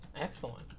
Excellent